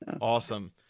Awesome